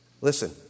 Listen